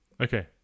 Okay